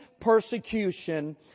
persecution